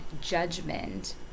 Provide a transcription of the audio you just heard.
judgment